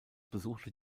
besuchte